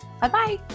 Bye-bye